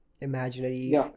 imaginary